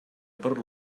per